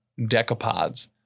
decapods